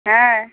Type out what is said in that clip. হ্যাঁ